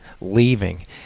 leaving